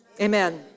Amen